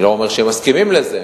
אני לא אומר שהם מסכימים לזה,